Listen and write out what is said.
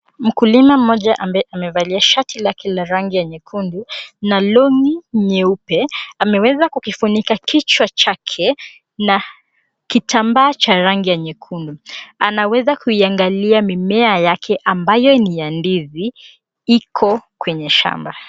Mkulima mmoja ambaye amevalia shati lake la rangi ya nyekundu, na longi nyeupe ameweza kukifunika kichwa chake na kitamba cha rangi ya nyekundu. Anaweza kuiangalia mimea yake ambayo ni ya ndizi. Iko kwenye shamba.